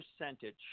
percentage